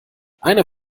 einer